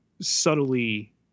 subtly